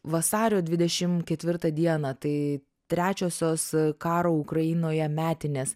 vasario dvidešimt ketvirtą dieną tai trečiosios karo ukrainoje metinės